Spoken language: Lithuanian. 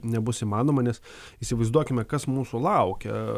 nebus įmanoma nes įsivaizduokime kas mūsų laukia